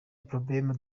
problème